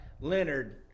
Leonard